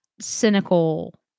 cynical